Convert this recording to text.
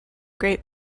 great